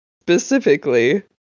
specifically